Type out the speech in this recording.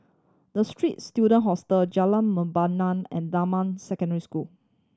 The Straits Student Hostel Jalan Membina and Damai Secondary School